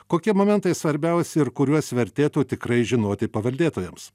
kokie momentai svarbiausi ir kuriuos vertėtų tikrai žinoti paveldėtojams